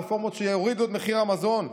רפורמות שיורידו את מחיר המזון,